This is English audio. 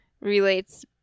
relates